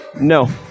no